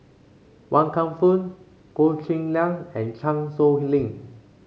Wan Kam Fook Goh Cheng Liang and Chan Sow Lin